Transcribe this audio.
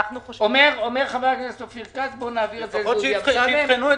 אומר חבר הכנסת אופיר כץ נעביר את זה לדודי אמסלם.